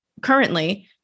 currently